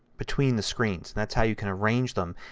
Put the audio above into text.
between the screens and that is how you can arrange them.